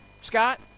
Scott